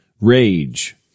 rage